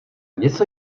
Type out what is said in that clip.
něco